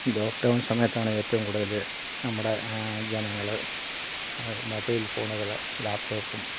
lockdown സമയത്താണ് ഏറ്റവും കൂടുതൽ നമ്മുടെ ജനങ്ങൾ മൊബൈൽ ഫോണുകൾ ലാപ്ടോപ്പും